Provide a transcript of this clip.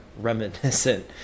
reminiscent